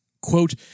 quote